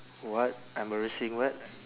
what embarrassing what